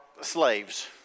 slaves